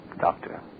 Doctor